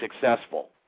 successful